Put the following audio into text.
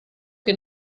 che